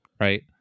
right